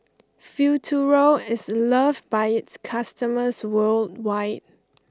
Futuro is loved by its customers worldwide